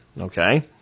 Okay